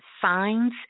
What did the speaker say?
Signs